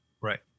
Right